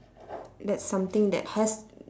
that's something that has